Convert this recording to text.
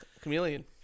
Chameleon